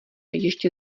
ještě